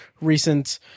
recent